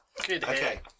Okay